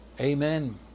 Amen